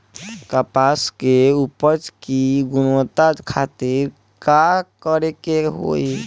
कपास के उपज की गुणवत्ता खातिर का करेके होई?